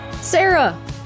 Sarah